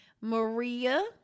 Maria